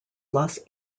los